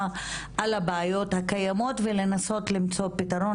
על הבעיות הקיימות ולנסות למצוא פתרון,